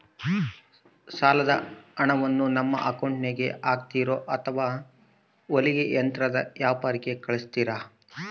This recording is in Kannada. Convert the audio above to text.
ಸಾಲದ ಹಣವನ್ನು ನಮ್ಮ ಅಕೌಂಟಿಗೆ ಹಾಕ್ತಿರೋ ಅಥವಾ ಹೊಲಿಗೆ ಯಂತ್ರದ ವ್ಯಾಪಾರಿಗೆ ಕಳಿಸ್ತಿರಾ?